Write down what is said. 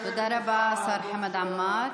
תודה רבה, השר חמד עמאר.